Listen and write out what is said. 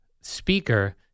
speaker